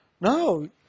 no